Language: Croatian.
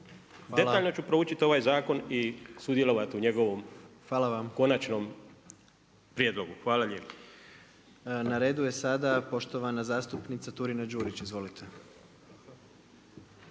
detaljno ću proučiti ovaj zakon i sudjelovati u njegovom konačnom prijedlogu. Hvala lijepa. **Jandroković, Gordan (HDZ)** Hvala vam. Na redu je sada poštovana zastupnica Turina-Đurić. Izvolite.